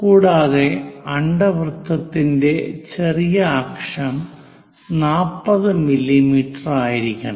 കൂടാതെ അണ്ഡവൃത്തത്തിന്റെ ചെറിയ അക്ഷം 40 മില്ലീമീറ്ററായിരിക്കണം